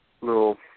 little